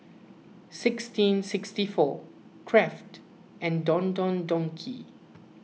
sixteen sixty four Kraft and Don Don Donki